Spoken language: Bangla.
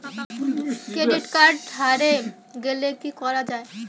ক্রেডিট কার্ড হারে গেলে কি করা য়ায়?